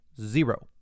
zero